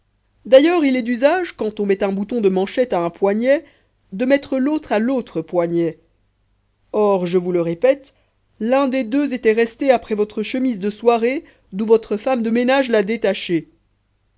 d'ailleurs il est d'usage quand on met un bouton de manchette à un poignet de mettre l'autre à l'autre poignet or je vous le répète l'un des deux était resté après votre chemise de soirée d'où votre femme de ménage l'a détaché